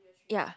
ya